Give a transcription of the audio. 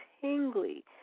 tingly